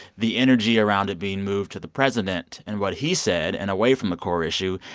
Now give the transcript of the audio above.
the energy around it being moved to the president and what he said and away from the core issue.